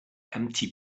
empty